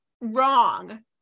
wrong